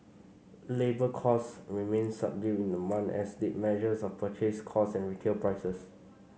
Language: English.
labour costs remained subdued in the month as did measures of purchase costs and retail prices